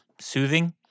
soothing